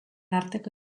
arteko